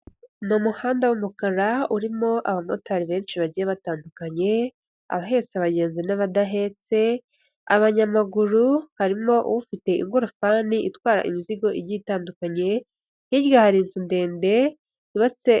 Ni umuhanda w'umukara urimo abamotari benshi bagiye batandukanye abahetse abagenzi n'abadahetse; abanyamaguru harimo ufite ingorofani itwara imizigo igiye itandukanye; hirya hari inzu ndende yubatse